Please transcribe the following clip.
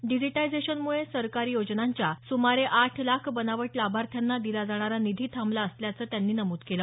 डिजीटायझेशनमुळे सरकारी योजनांच्या सुमारे आठ लाख बनावट लाभार्थ्यांना दिला जाणारा निधी थांबला असल्याचं त्यांनी नमूद केलं